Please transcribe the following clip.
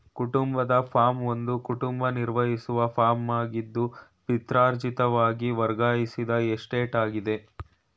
ಕುಟುಂಬದ ಫಾರ್ಮ್ ಒಂದು ಕುಟುಂಬ ನಿರ್ವಹಿಸುವ ಫಾರ್ಮಾಗಿದ್ದು ಪಿತ್ರಾರ್ಜಿತವಾಗಿ ವರ್ಗಾಯಿಸಿದ ಎಸ್ಟೇಟಾಗಿದೆ